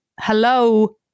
Hello